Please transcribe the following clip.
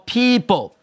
people